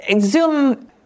Zoom